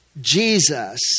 Jesus